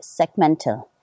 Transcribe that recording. segmental